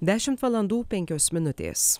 dešimt valandų penkios minutės